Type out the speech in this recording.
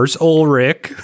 Ulrich